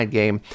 game